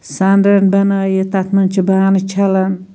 سٲنٛدرٕنۍ بَنٲیِتھ تَتھ منٛز چھِ بانہٕ چھَلان